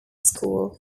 school